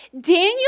Daniel